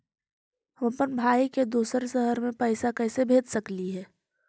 हम अप्पन भाई के दूसर शहर में पैसा कैसे भेज सकली हे?